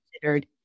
considered